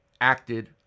acted